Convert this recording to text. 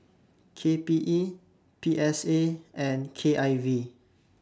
K P E P S A and K I V